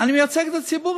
תפסיקו להסית.